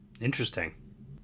Interesting